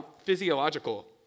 physiological